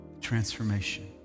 transformation